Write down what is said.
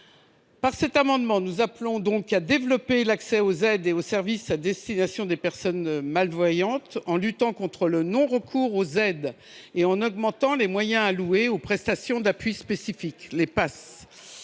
Par cet amendement, nous appelons à développer l’accès aux aides et aux services à destination des personnes malvoyantes en luttant contre le non recours aux aides et en augmentant les moyens alloués aux prestations d’appui spécifiques (PAS).